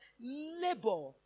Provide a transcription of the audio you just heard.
Labor